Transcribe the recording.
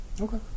okay